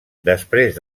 després